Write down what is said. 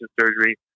surgery